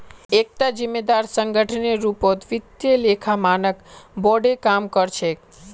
एकता जिम्मेदार संगठनेर रूपत वित्तीय लेखा मानक बोर्ड काम कर छेक